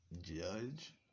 judge